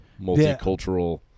Multicultural